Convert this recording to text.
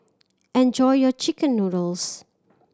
enjoy your chicken noodles